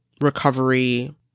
recovery